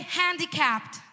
handicapped